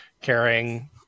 carrying